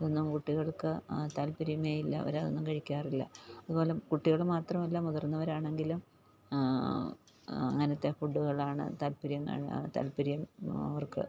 ഇതൊന്നും കുട്ടികൾക്ക് താല്പര്യമേ ഇല്ല അവരതൊന്നും കഴിക്കാറില്ല അതുപോലെ കുട്ടികൾ മാത്രമല്ല മുതിർന്നവരാണെങ്കിലും അങ്ങനത്തെ ഫുഡുകളാണ് താല്പര്യം താല്പര്യം അവർക്ക്